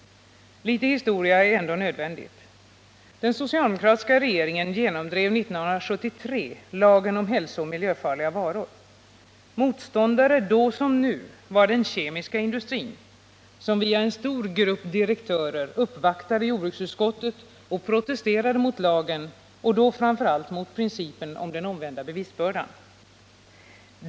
Litet historia är ändå nödvändig. Den socialdemokratiska regeringen genomdrev 1973 lagen om hälsooch miljöfarliga varor. Motståndare då som nu var den kemiska industrin, som via en stor grupp direktörer uppvaktade jordbruksutskottet och protesterade mot lagen och då framför allt mot principen om den omvända bevisbördan.